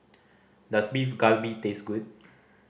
does Beef Galbi taste good